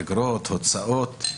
אגרות והוצאות.